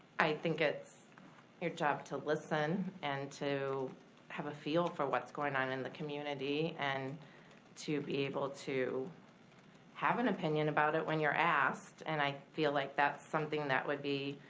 i think it's your job to listen and to have a feel for what's going on in the community and to be able to have an opinion about it when you're asked. and i feel like that's something that would be,